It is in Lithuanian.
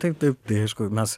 taip taip aišku mes